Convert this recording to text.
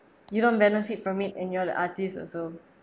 you don't benefit from it and you're the artist also